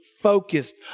focused